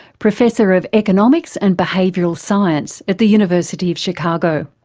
professor of economics and behavioural science at the university of chicago.